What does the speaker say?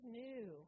new